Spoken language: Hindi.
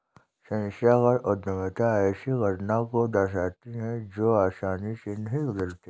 संस्थागत उद्यमिता ऐसे घटना को दर्शाती है जो आसानी से नहीं बदलते